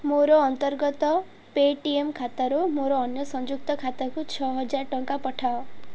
ମୋର ଅନ୍ତର୍ଗତ ପେଟିଏମ୍ ଖାତାରୁ ମୋର ଅନ୍ୟ ସଂଯୁକ୍ତ ଖାତାକୁ ଛଅହଜାର ଟଙ୍କା ପଠାଅ